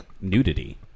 nudity